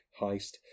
heist